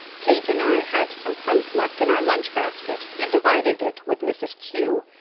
kate and i had some fruit left in our lunch-basket, and divided it with mrs. kew,